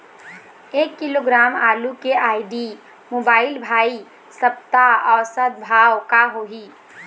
एक किलोग्राम आलू के आईडी, मोबाइल, भाई सप्ता औसत भाव का होही?